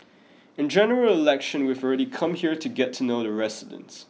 in General Election we've already come here to get to know the residents